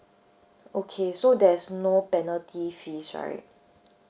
okay so there is no penalty fees right